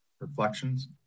reflections